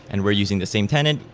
and we're using the same tenant,